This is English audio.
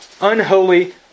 unholy